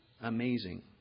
amazing